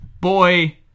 boy